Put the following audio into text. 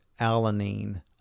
alanine